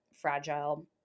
fragile